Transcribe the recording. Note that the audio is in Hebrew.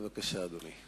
בבקשה, אדוני.